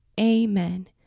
Amen